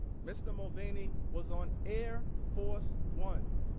mr. mulvaney was on air force one.